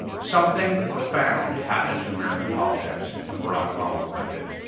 something profound happened to american politics when barack obama was elected,